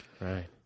right